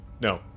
No